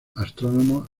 astrónomos